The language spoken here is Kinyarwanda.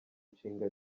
nshinga